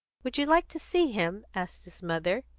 would you like to see him? asked his mother.